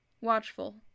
watchful